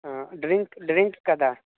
हा drink drink कदा